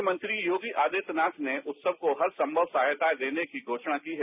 मुख्यमंत्री योगी आदित्यनाथ ने उत्सव को हरसंमव सहायता देने की घोषणा की है